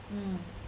mm